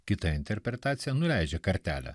kita interpretacija nuleidžia kartelę